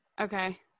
Okay